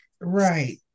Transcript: right